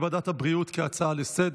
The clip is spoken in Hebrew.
לוועדת הבריאות נתקבלה.